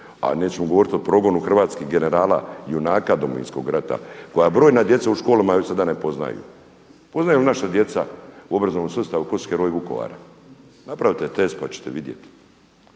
a nećemo govoriti o progonu hrvatskih generala junaka Domovinskog rata koja broja djeca u školama još sada ne poznaju. Poznaju naša djeca u obrazovnom sustavu tko su heroji Vukovara? Napravite tekst pa ćete vidjeti.